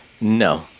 No